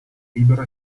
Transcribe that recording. libero